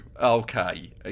okay